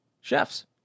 chefs